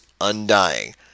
Undying